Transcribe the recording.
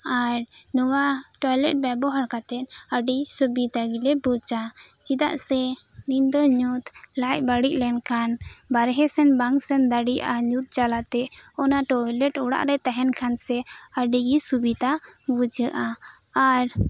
ᱟᱨ ᱱᱚᱶᱟ ᱴᱚᱭᱞᱮᱴ ᱵᱮᱵᱚᱦᱟᱨ ᱠᱟᱛᱮᱫ ᱟᱹᱰᱤ ᱥᱩᱵᱤᱫᱟ ᱜᱮᱞᱮ ᱵᱩᱡᱟ ᱪᱮᱫᱟᱜ ᱥᱮ ᱧᱤᱫᱟᱹ ᱧᱩᱛ ᱞᱟᱡ ᱵᱟᱹᱲᱤᱡ ᱞᱮᱱ ᱠᱷᱟᱱ ᱵᱟᱨᱦᱮ ᱥᱮᱱ ᱵᱟᱝ ᱥᱮᱱ ᱫᱟᱲᱮᱭᱟᱜᱼᱟ ᱧᱩᱛ ᱡᱟᱞᱟᱛᱮ ᱚᱱᱟ ᱴᱚᱭᱞᱮᱴ ᱚᱲᱟᱜ ᱨᱮ ᱛᱟᱦᱮᱸᱱ ᱠᱷᱟᱱ ᱥᱮ ᱟᱹᱰᱤᱜᱮ ᱥᱩᱵᱤᱫᱷᱟ ᱵᱩᱡᱷᱟᱹᱜᱼᱟ ᱟᱨ